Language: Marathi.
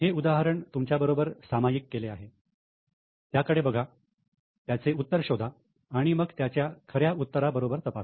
हे उदाहरण तुमच्याबरोबर सामायिक केले आहे त्याकडे बघा त्याचे उत्तर शोधा आणि मग त्याच्या खऱ्या उत्तरा बरोबर तपासा